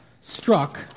struck